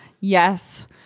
yes